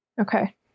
Okay